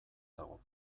dago